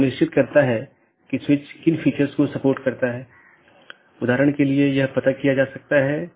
इन विशेषताओं को अनदेखा किया जा सकता है और पारित नहीं किया जा सकता है